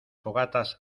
fogatas